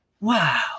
Wow